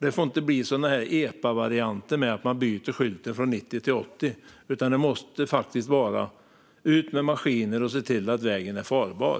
Det får inte bli epavarianter som att byta skylt från 90 till 80, utan man måste ut med maskiner och se till att vägen är farbar.